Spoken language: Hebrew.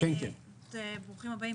ברוכים הבאים,